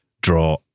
draw